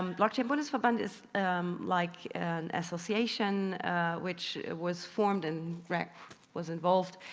um blockchain bundesverband is like an association which was formed, and greg was involved,